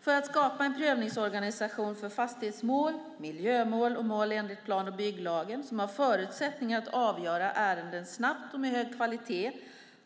För att skapa en prövningsorganisation för fastighetsmål, miljömål och mål enligt plan och bygglagen som har förutsättningar att avgöra ärenden snabbt och med hög kvalitet